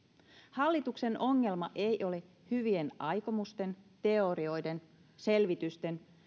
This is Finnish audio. hallituksen ongelma ei ei ole hyvien aikomusten teorioiden selvitysten